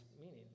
meaning